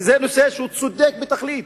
זה נושא צודק בתכלית,